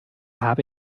habe